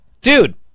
Dude